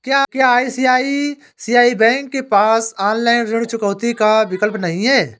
क्या ICICI bank के पास ऑनलाइन ऋण चुकौती का विकल्प नहीं है?